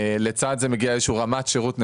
לצד זה מגיעה רמת שירות נמוכה.